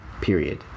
period